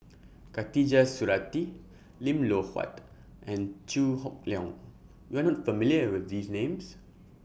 Khatijah Surattee Lim Loh Huat and Chew Hock Leong YOU Are not familiar with These Names